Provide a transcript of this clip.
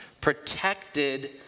protected